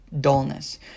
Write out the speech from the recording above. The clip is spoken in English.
dullness